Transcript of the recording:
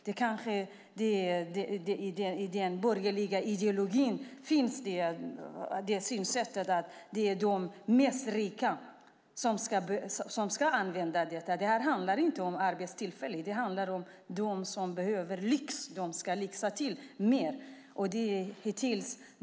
I den borgerliga ideologin finns kanske synsättet att det är de rikaste som ska använda detta. Det handlar inte om arbetstillfällen. Det handlar om dem som behöver lyx; de ska lyxa till mer!